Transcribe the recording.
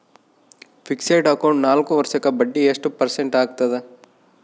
Fixed account ನಾಲ್ಕು ವರ್ಷಕ್ಕ ಬಡ್ಡಿ ಎಷ್ಟು ಪರ್ಸೆಂಟ್ ಆಗ್ತದ?